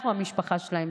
אנחנו המשפחה שלהם.